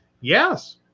Yes